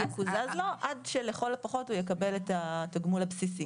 יקוזז לו עד שלכל הפחות הוא יקבל את התגמול הבסיסי.